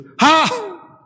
Ha